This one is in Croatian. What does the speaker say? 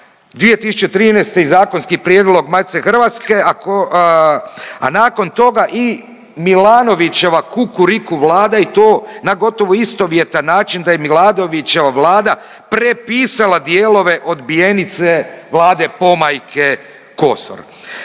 2013. i zakonski prijedlog Matice Hrvatske, a nakon toga i Milanovićeva Kukuriku Vlada i to na gotovo na istovjetan način da je Milanovićeva Vlada prepisala dijelove odbijenice Vlade pomajke Kosor.